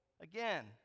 Again